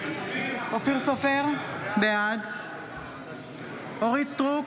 סופר, בעד אורית מלכה סטרוק,